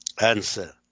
answer